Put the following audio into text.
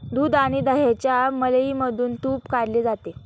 दूध आणि दह्याच्या मलईमधून तुप काढले जाते